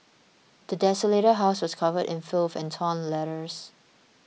the desolated house was covered in filth and torn letters